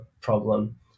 problem